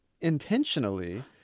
intentionally